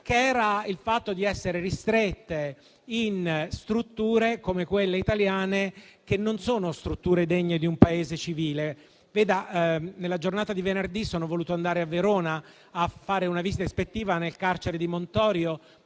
comune: il fatto di essere ristrette in strutture, come quelle italiane, che non sono degne di un Paese civile. Nella giornata di venerdì sono voluto andare a Verona a fare una visita ispettiva nel carcere di Montorio,